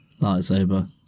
Lightsaber